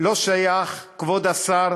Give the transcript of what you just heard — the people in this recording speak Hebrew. לא שייך, כבוד השר,